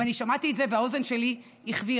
ואני שמעתי את זה והאוזן שלי החווירה,